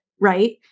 right